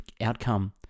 outcome